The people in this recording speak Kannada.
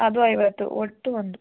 ಅದೂ ಐವತ್ತು ಒಟ್ಟು ಒಂದು